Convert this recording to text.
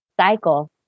cycle